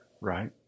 Right